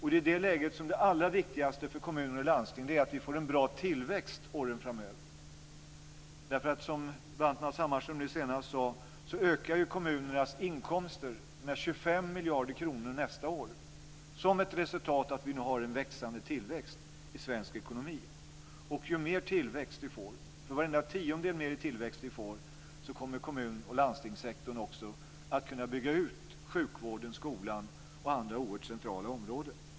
I det läget är det allra viktigaste för kommuner och landsting att vi får en bra tillväxt åren framöver. Som nu senast Matz Hammarström sade ökar ju kommunernas inkomster med 25 miljarder kronor nästa år som ett resultat av att vi nu har en växande tillväxt i svensk ekonomi. För varenda tiondel mer som vi får i tillväxt kommer kommun och landstingssektorn också att kunna bygga ut sjukvården, skolan och andra oerhört centrala områden.